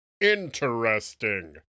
Interesting